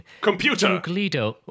Computer